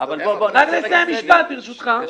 אבל בואו נעשה לרגע סדר.